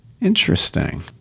Interesting